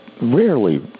rarely